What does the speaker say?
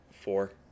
Four